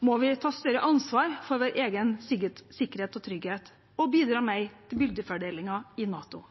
må vi ta større ansvar for vår egen sikkerhet og trygghet og bidra mer til byrdefordelingen i NATO.